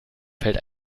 fällt